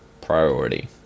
priority